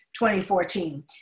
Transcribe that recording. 2014